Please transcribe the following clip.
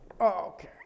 Okay